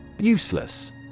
Useless